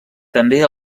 també